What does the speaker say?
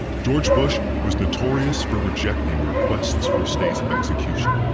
george bush was notorious for rejecting requests for stays of execution.